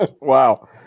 Wow